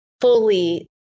fully